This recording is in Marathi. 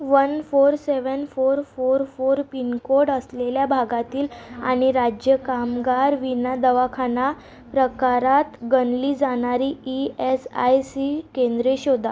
one four seven four four four pin code असलेल्या भागातील आणि राज्य कामगार विमा दवाखाना प्रकारात गणली जाणारी ई एस आय सी केंद्रे शोधा